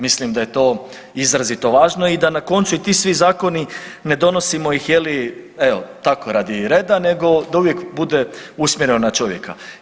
Mislim da je to izrazito važno i da na koncu i ti svi zakoni ne donosimo ih je li evo tako radi reda nego da uvijek bude usmjereno na čovjeka.